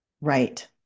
Right